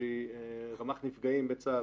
שהיא רמ"ח נפגעים בצה"ל,